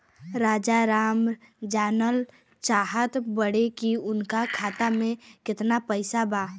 राजाराम जानल चाहत बड़े की उनका खाता में कितना पैसा बा?